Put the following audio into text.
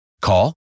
Call